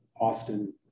Austin